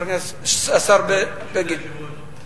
השר בגין?